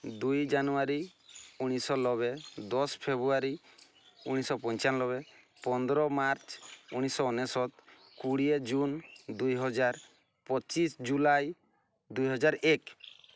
ଦୁଇ ଜାନୁଆରୀ ଉଣେଇଶହ ନବେ ଦଶ ଫେବୃଆରୀ ଉଣେଇଶହ ପଞ୍ଚାନବେ ପନ୍ଦର ମାର୍ଚ୍ଚ ଉଣେଇଶହ ଅନେଶ୍ୱତ କୋଡ଼ିଏ ଜୁନ ଦୁଇହଜାର ପଚିଶ ଜୁଲାଇ ଦୁଇହଜାର ଏକ